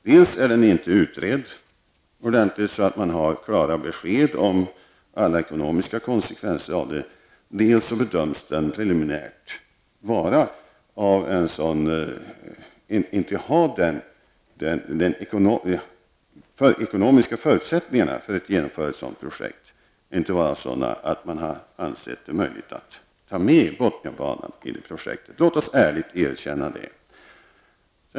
Dels är den inte ordentligt utredd, så att man har klara besked om alla ekonomiska konsekvenser, dels bedöms de ekonomiska förutsättningarna för att genomföra ett sådant projekt inte vara sådana att man har ansett det möjligt att ta med Botniabanan i det projektet. Låt oss ärligen erkänna det.